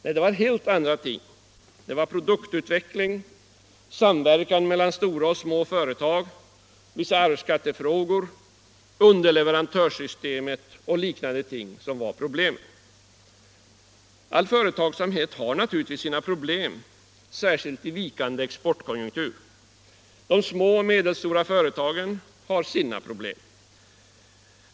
Nej, det var helt andra ting — produktutveckling, samverkan mellan stora och små företag, vissa arvsskattefrågor, underleverantörssystemet och liknande ting var problemen. All företagsamhet har naturligtvis sina problem, särskilt i vikande exportkonjunkturer. De små och medelstora företagen har alltså sina problem.